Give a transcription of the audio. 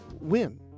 win